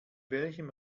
welchem